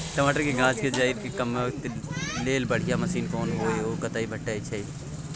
टमाटर के गाछ के जईर में कमबा के लेल बढ़िया मसीन कोन होय है उ कतय भेटय छै?